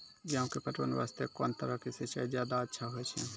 गेहूँ के पटवन वास्ते कोंन तरह के सिंचाई ज्यादा अच्छा होय छै?